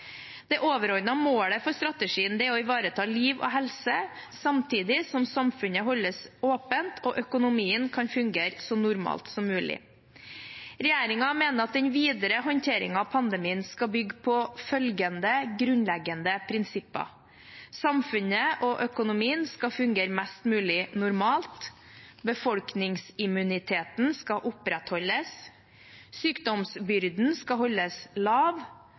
Det overordnede målet for strategien er å ivareta liv og helse samtidig som samfunnet holdes åpent og økonomien kan fungere så normalt som mulig. Regjeringen mener at den videre håndteringen av pandemien skal bygge på følgende grunnleggende prinsipper: Samfunnet og økonomien skal fungere mest mulig normalt. Befolkningsimmuniteten skal opprettholdes. Sykdomsbyrden skal holdes lav.